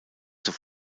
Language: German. zur